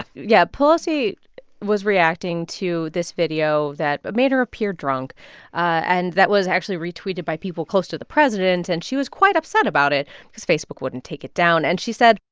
ah yeah, pelosi was reacting to this video that ah made her appear drunk and that was actually retweeted by people close to the president. and she was quite upset about it because facebook wouldn't take it down. and she said.